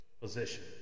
Position